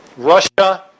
Russia